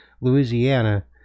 louisiana